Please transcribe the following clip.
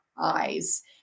eyes